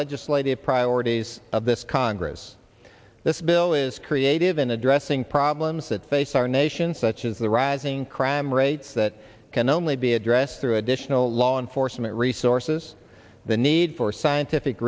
legislative priorities of this congress this bill is creative in addressing problems that face our nation such as the rising crime rates that can only be addressed through additional law enforcement resources the need for scientific